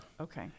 Okay